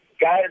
guys